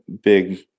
big